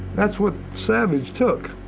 that's what savage took.